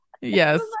yes